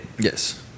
Yes